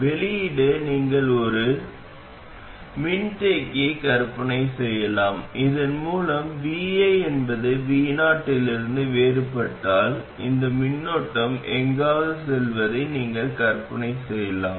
வெளியீட்டில் நீங்கள் ஒரு ஒட்டுண்ணி மின்தேக்கியை கற்பனை செய்யலாம் இதன் மூலம் vi என்பது vo இலிருந்து வேறுபட்டால் இந்த மின்னோட்டம் எங்காவது செல்வதை நீங்கள் கற்பனை செய்யலாம்